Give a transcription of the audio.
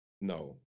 no